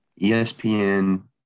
ESPN